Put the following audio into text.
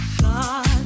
God